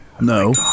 No